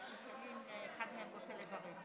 התשפ"א 2020, נתקבל.